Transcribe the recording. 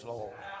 Lord